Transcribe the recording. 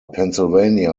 pennsylvania